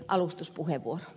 arvoisa puhemies